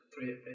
three